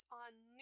on